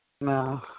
No